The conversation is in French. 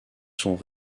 sont